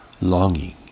longing